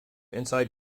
inside